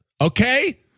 Okay